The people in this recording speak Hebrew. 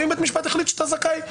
אם בית משפט החליט שאתה זכאי,